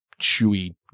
chewy